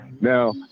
Now